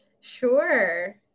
Sure